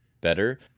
better